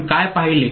आपण काय पाहिले